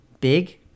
big